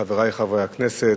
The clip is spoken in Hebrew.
חברי חברי הכנסת,